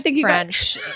French